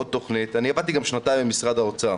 עבדתי שנתיים במשרד האוצר